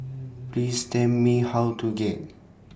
Please Tell Me How to get